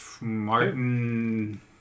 Martin